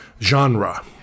genre